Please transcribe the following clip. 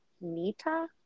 Nita